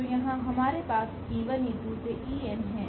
तो यहाँ हमारे पास है